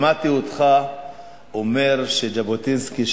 שמעתי אותך אומר שז'בוטינסקי,